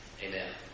Amen